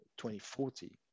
2040